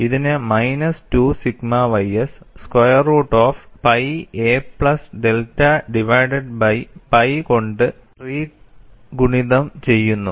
ഇതിനെ minus 2 sigma ys square root of pi a plus delta divided by pi കൊണ്ട് pre ഗുണിതം ചെയ്യുന്നു